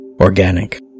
Organic